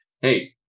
hey